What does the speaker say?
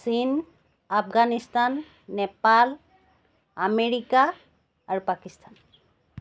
চীন আফগানিস্তান নেপাল আমেৰিকা আৰু পাকিস্তান